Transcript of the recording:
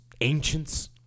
ancients